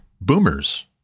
boomers